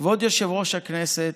כבוד יושב-ראש הכנסת,